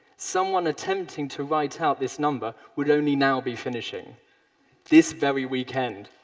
someone attempting to write out this number would only now be finishing this very weekend.